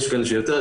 יש כאלה שיותר,